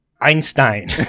Einstein